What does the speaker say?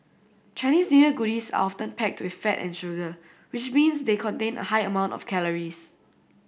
Chinese New Year goodies are often packed with fat and sugar which means they contain a high amount of calories